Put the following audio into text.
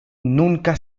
nunca